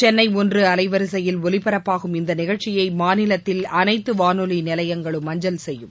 சென்னை ஒன்று அலைவரிசையில் ஒலிபரப்பாகும் இந்த நிகழ்ச்சியை மாநிலத்தில் அனைத்து வானொலி நிலையங்களும் அஞ்சல் செய்யும்